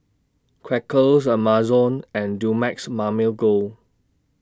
Quaker Amazon and Dumex Mamil Gold